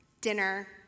dinner